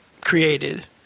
created